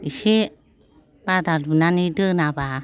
इसे बादा लुनानै दोनाबा